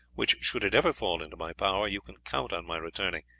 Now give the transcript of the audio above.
which, should it ever fall into my power, you can count on my returning.